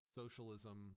socialism